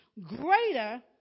greater